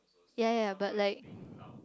ya ya but like